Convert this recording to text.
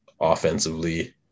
offensively